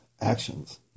actions